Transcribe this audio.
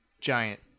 giant